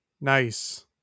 Nice